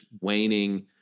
waning